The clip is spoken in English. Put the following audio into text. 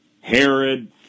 Herod